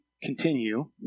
Continue